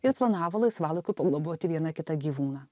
ir planavo laisvalaikiu pagloboti vieną kitą gyvūną